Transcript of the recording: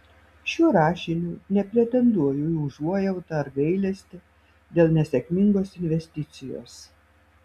šiuo rašiniu nepretenduoju į užuojautą ar gailestį dėl nesėkmingos investicijos